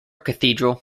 cathedral